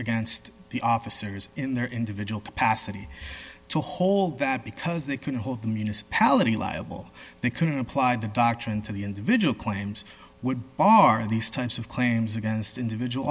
against the officers in their individual capacity to hold that because they couldn't hold the municipality liable they couldn't apply the doctrine to the individual claims would bar these types of claims against individual